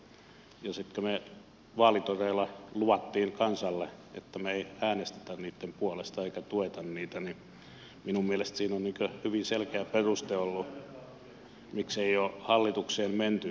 ja sitten kun me vaalitoreilla lupasimme kansalle että me emme äänestä niitten puolesta emmekä tue niitä niin minun mielestäni siinä on hyvin selkeä peruste ollut miksi ei ole hallitukseen menty